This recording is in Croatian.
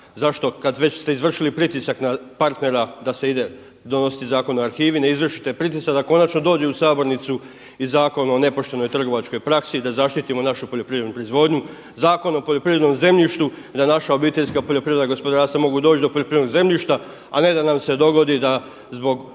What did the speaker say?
zašto kada već ste izvršili pritisak na partnera da se ide donositi Zakon o arhivi ne izvršite pritisak da konačno dođe u sabornicu i Zakon o nepoštenoj trgovačkoj praksi i da zaštitimo našu poljoprivrednu proizvodnju. Zakon o poljoprivrednom zemljištu da naša obiteljska poljoprivredna gospodarstva mogu doći do poljoprivrednog zemljišta a ne da nam se dogodi da zbog